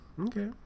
Okay